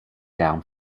down